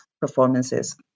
performances